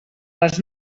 les